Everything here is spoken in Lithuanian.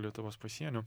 lietuvos pasienio